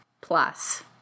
plus